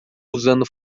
usando